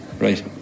Right